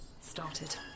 started